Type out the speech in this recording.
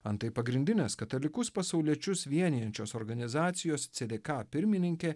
antai pagrindinės katalikus pasauliečius vienijančios organizacijos cdk pirmininkė